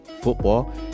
football